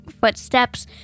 footsteps